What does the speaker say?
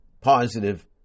positive